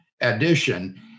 addition